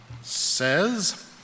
says